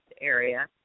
area